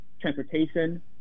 transportation